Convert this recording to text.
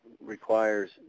requires